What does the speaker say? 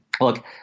look